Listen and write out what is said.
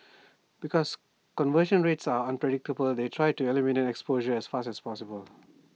because conversion rates are unpredictable they try to eliminate exposure as fast as possible